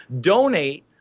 donate